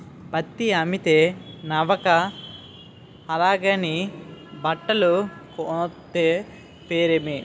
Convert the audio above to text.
పత్తి అమ్మితే సవక అలాగని బట్టలు కొంతే పిరిమి